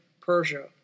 Persia